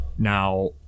Now